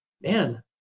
man